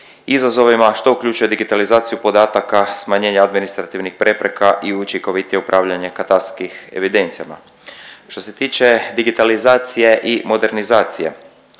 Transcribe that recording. izazovima što uključuje digitalizaciju podataka, smanjenje administrativnih prepreka i učinkovitije upravljanje katastarskim evidencijama. Što se tiče digitalizacije i modernizacije